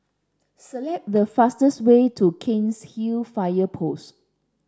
select the fastest way to Cairnhill Fire Post